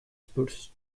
spurs